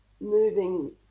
moving